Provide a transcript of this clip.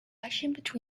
attraction